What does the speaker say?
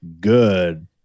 good